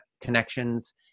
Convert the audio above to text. connections